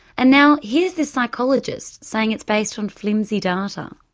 and now here's this psychologist saying it's based on flimsy data.